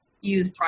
use